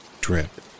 drip